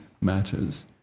matters